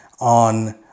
on